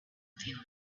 feel